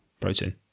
Protein